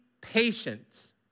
patient